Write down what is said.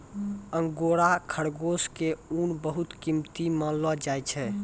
angora खरगोश के ऊन बहुत कीमती मानलो जाय छै